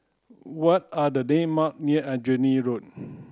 what are the near Aljunied Road